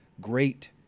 great